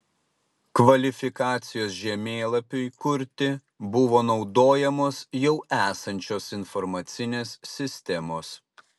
kvalifikacijos žemėlapiui kurti buvo naudojamos jau esančios informacinės sistemos